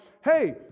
hey